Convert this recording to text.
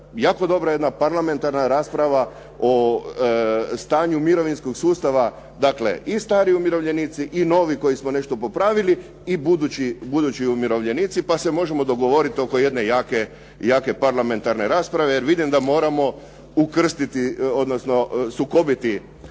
jako dobra jedna parlamentarna rasprava o stanju mirovinskog sustava dakle i stari umirovljenici i novi koji smo nešto popravili i budući umirovljenici pa se možemo dogovoriti oko jedne jake, jake parlamentarne rasprave jer vidim da moramo ukrstiti, odnosno sukobiti